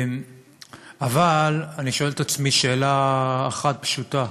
אבל אני שואל את עצמי שאלה אחת פשוטה: